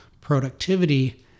productivity